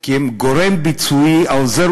כי הם גורם ביצועי העוזר,